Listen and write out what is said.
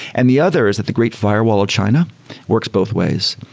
and the other is that the great firewall of china works both ways.